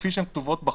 כפי שהן כתובות בחוק.